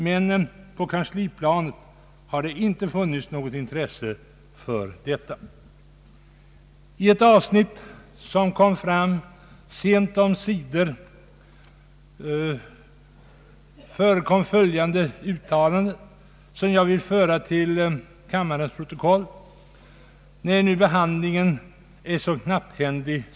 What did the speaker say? Men på kansliplanet har det inte funnits något intresse för detta. I ett avsnitt som redovisades sent omsider förekom ett uttalande som jag gärna vill föra till kammarens protokoll, när nu behandlingen är så knapphändig.